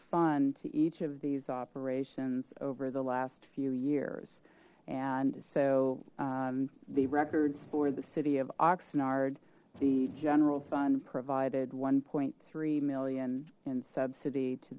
fund to each of these operations over the last few years and so the records for the city of oxnard the general fund provided one point three million in subsidy to